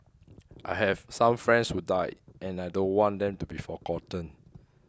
I have some friends who died and I don't want them to be forgotten